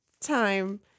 time